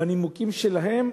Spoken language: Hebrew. בנימוקים שלהם,